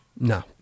No